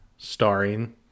starring